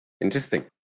Interesting